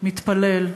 מתפלל.